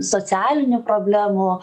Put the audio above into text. socialinių problemų